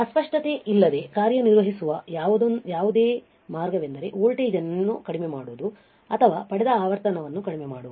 ಅಸ್ಪಷ್ಟತೆ ಇಲ್ಲದೆ ಕಾರ್ಯನಿರ್ವಹಿಸುವ ಮಾರ್ಗವೆಂದರೆ ವೋಲ್ಟೇಜ್ ಅನ್ನು ಕಡಿಮೆ ಮಾಡುವುದು ಅಥವಾ ಪಡೆದ ಆವರ್ತನವನ್ನುfrequency ಕಡಿಮೆ ಮಾಡುವುದು